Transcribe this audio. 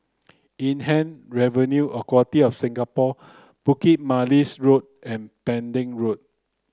Inland Revenue of Singapore Bukit Manis Road and Pending Road